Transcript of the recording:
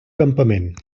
campament